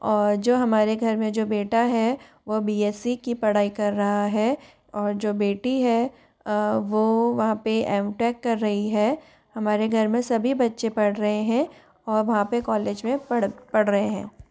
और जो हमारे घर में जो बेटा है वह बी एस सी की पढ़ाई कर रहा है और जो बेटी है वो वहाँ पे एम टेक कर रही है हमारे घर में सभी बच्चे पढ़ रहे हैं और वहाँ पर कॉलेज में पढ़ पढ़ रहे हैं